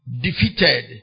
defeated